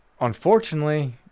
Unfortunately